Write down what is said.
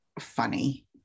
funny